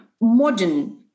modern